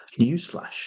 Newsflash